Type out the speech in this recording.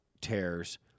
tears